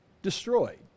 destroyed